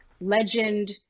legend